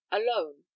alone